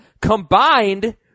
combined